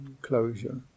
closure